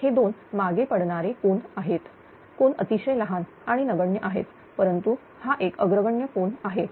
हे दोन मागे पडणारे कोन आहेत कोन अतिशय लहान आणि नगण्य आहेत परंतु हा एक अग्रगण्य कोन आहे